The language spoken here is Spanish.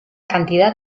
cantidad